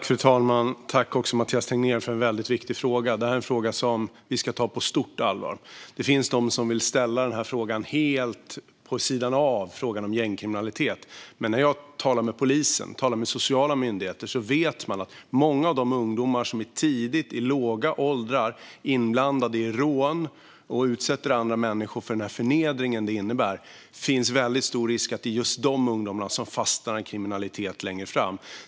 Fru talman! Tack, Mathias Tegnér, för en viktig fråga! Det här är en fråga som vi ska ta på stort allvar. Det finns de som vill ställa denna fråga helt vid sidan av frågan om gängkriminalitet. Men när jag talar med polisen och sociala myndigheter vet de att många av de ungdomar som tidigt, i låga åldrar, är inblandade i rån och utsätter andra människor för denna förnedring riskerar att fastna i kriminalitet längre fram.